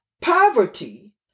Poverty